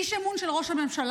איש אמון של ראש הממשלה,